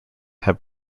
have